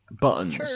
buttons